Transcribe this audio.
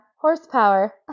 horsepower